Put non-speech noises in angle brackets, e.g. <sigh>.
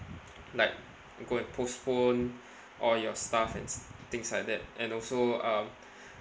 <noise> like go and postpone all your stuff and things like that and also um